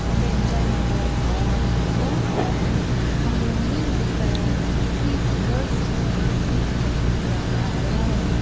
ரொம்ப என்ஜாய்மெண்ட்டாக இருக்கும் அதுக்கப்புறம் அங்கே வந்து இப்போ ஃப்ரீ கேர்ள்ஸுக்குலாம் வந்து ஃப்ரீ டிக்கெட் கொடுக்குறாங்க அதெல்லாம் வந்து